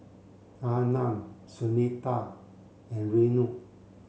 Anand Sunita and Renu